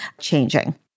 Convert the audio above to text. changing